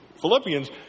Philippians